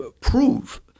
prove